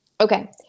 Okay